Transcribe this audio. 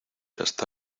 hasta